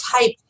type